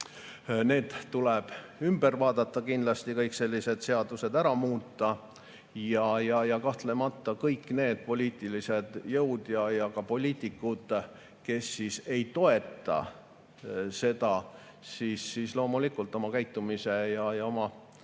Need tuleb ümber vaadata ja kindlasti [tuleb] kõik sellised seadused ära muuta. Kahtlemata kõik need poliitilised jõud ja ka poliitikud, kes seda ei toeta, kujutavad loomulikult oma käitumise ja